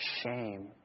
shame